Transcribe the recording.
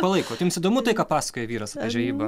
palaikot jums įdomu tai ką pasakoja vyras apie žvejybą